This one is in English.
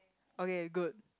okay good